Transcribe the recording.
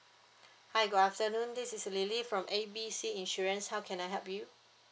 hi good afternoon this is lily from A B C insurance how can I help you